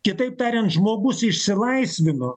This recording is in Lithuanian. kitaip tariant žmogus išsilaisvino